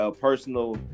personal